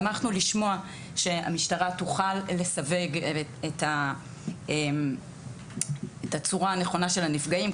שמחנו לשמוע שהמשטרה תוכל לסווג את הצורה הנכונה של הנפגעים,